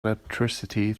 electricity